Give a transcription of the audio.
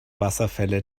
wasserfälle